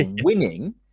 winning